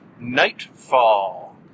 Nightfall